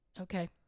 Okay